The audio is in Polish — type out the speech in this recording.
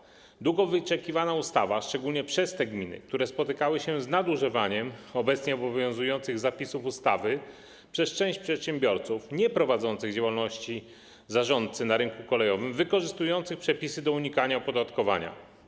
Jest to ustawa długo wyczekiwana szczególnie przez te gminy, które spotykały się z nadużywaniem obecnie obowiązujących zapisów ustawy przez część przedsiębiorców nieprowadzących działalności zarządcy na rynku kolejowym, wykorzystujących przepisy do unikania opodatkowania.